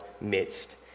midst